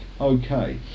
okay